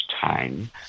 time